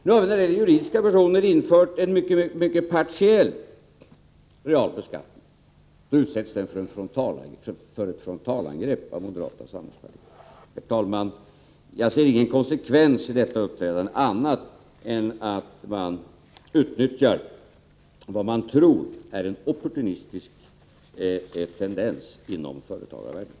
Nu har vi när det gäller juridiska personer infört en mycket partiell real beskattning — men då utsätts den för ett frontalangrepp från moderata samlingspartiet. Herr talman! Jag ser ingen konsekvens i det uppträdandet annat än att man utnyttjar vad man tror är en opportunistisk tendens inom företagarvärlden.